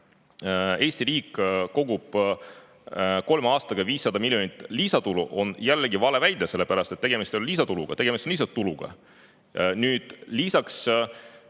Eesti riik kogub kolme aastaga 500 miljonit lisatulu, on jällegi vale, sellepärast et tegemist ei ole lisatuluga, tegemist